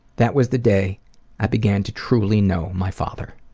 that was the day i began to truly know my father.